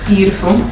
Beautiful